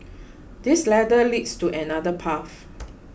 this ladder leads to another path